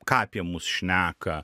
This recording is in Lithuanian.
ką apie mus šneka